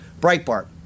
Breitbart